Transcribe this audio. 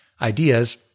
ideas